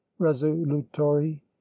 resolutori